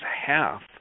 half